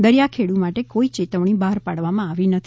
દરિયાખેડુ માટે કોઈ યેતવણી બહાર પાડવામાં આવી નથી